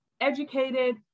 educated